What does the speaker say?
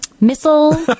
missile